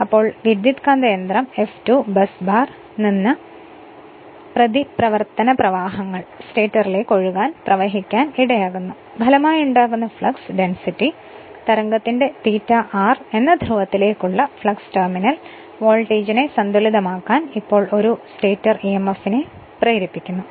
ഇപ്പോൾ വിദ്യുത്കാന്തയന്ത്രം F2 busbar നിന്ന് പ്രതിപ്രവർത്തന പ്രവാഹങ്ങൾ സ്റ്റേറ്ററിലേക്ക് ഒഴുകാൻ ഇടയാക്കുന്നു ഫലമായുണ്ടാകുന്ന ഫ്ലക്സ് ഡെൻസിറ്റി തരംഗത്തിന്റെ ∅r എന്ന ധ്രുവത്തിലേക്കുള്ള ഫ്ലക്സ് ടെർമിനൽ വോൾട്ടേജിനെ സന്തുലിതമാക്കാൻ ഒരു സ്റ്റേറ്റർ emf നെ പ്രേരിപ്പിക്കുന്നു